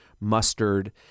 mustard